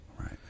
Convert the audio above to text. Right